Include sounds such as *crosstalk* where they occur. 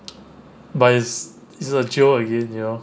*noise* but it's it's a geo again you know